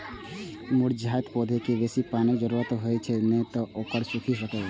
मुरझाइत पौधाकें बेसी पानिक जरूरत होइ छै, नै तं ओ सूखि सकैए